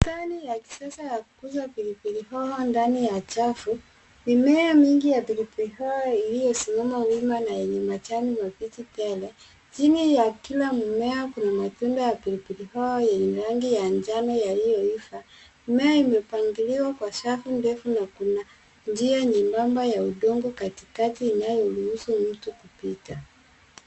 Bustani ya kisasa ya kukuza pilipili hoho ndani ya chafu. Mimea mingi ya pilipili hoho iliyosimama wima na yenye majani mabichi tele. Chini ya kila mmea kuna matunda ya pilipili hoho yenye rangi ya njano yaliyoiva. Mimea imepangiliwa kwa safu ndefu na kuna njia nyembamba ya udongo katikati inayoruhusu mtu kupita.